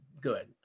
good